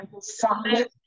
solid